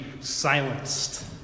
Silenced